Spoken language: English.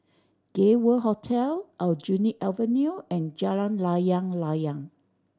Gay World Hotel Aljunied Avenue and Jalan Layang Layang